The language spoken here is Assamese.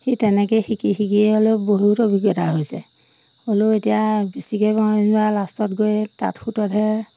সেই তেনেকৈ শিকি শিকি হ'লেও বহুত অভিজ্ঞতা হৈছে হ'লেও এতিয়া বেছিকৈ মই যেনিবা লাষ্টত গৈ তাঁত সুততহে